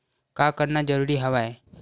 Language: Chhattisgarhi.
का करना जरूरी हवय?